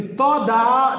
toda